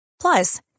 Plus